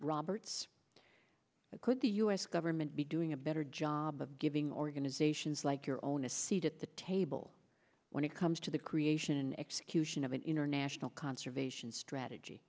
roberts could the u s government be doing a better job of giving organizations like your own a seat at the table when it comes to the creation execution of an international conservation strategy